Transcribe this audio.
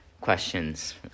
questions